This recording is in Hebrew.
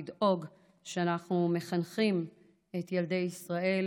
לדאוג שאנחנו מחנכים את ילדי ישראל